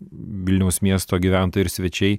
vilniaus miesto gyventojai ir svečiai